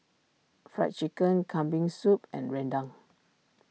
Fried Chicken Kambing Soup and Rendang